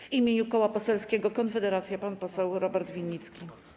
W imieniu Koła Poselskiego Konfederacja pan poseł Robert Winnicki.